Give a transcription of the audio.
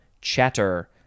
chatter